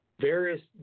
various